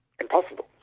impossible